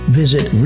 visit